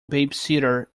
babysitter